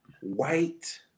White